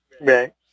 Right